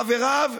חבריו,